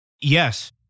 Yes